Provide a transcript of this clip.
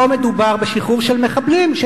פה מדובר בשחרור של מחבלים מהסוג הזה,